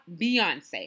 Beyonce